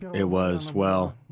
it was, well,